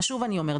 אז שוב אני אומרת,